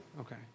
Okay